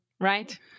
right